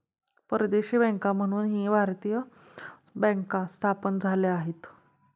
परदेशी बँका म्हणूनही भारतीय बँका स्थापन झाल्या आहेत